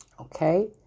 okay